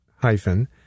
hyphen